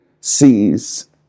sees